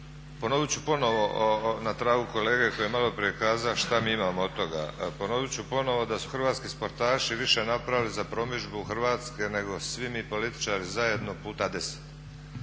Ponovit ću ponovo na tragu kolega što je malo prije kazao šta mi imamo od toga, ponovit ću ponovo da su hrvatski sportaši više napravili za promidžbu Hrvatske nego svi mi političari zajedno puta deset.